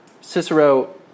Cicero